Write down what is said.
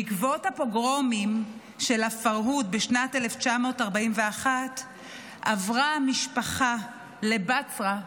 בעקבות הפוגרומים בפרהוד בשנת 1941 עברה המשפחה לבצרה,